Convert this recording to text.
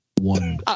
One